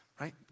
right